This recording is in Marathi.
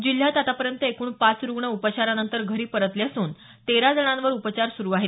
जिल्ह्यात आतापर्यंत एकूण पाच रूग्ण उपचारानंतर घरी परतले असून तेरा जणांवर उपचार सुरू आहेत